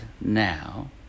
now